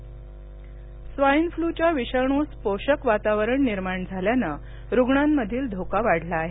swine flu bite swine फ्लूच्या विषाणूस पोषक वातावरण निर्माण झाल्यान रुग्णामधील धोका वाढला आहे